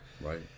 right